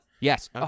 Yes